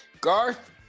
Garth